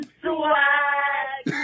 swag